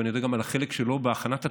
ואני יודע גם על החלק שלו בהכנת התוכנית,